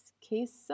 case